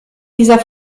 dieser